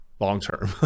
long-term